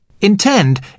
Intend